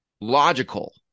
logical